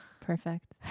perfect